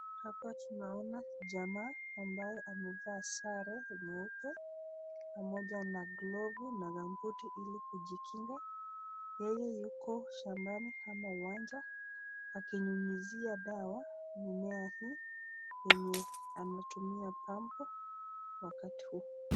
Hapa tunaona jamaa ambaye amevaa sare nyeupe pamoja na glovu na gambuti ili kujikinga. Yeye yuko shambani ama uwanja akinyunyizia sawa mimea hii yenye ametumiwa pampu wakati huu.